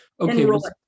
okay